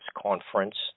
conference